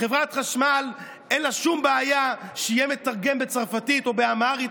חברת החשמל אין לה שום בעיה שיהיה מתרגם בצרפתית או באמהרית,